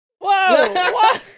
Whoa